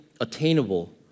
attainable